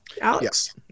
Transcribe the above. Alex